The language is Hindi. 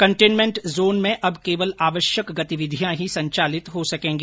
कन्टेमेंट जोन में अब केवल आवश्यक गतिविधियां ही संचालित हो सकेंगी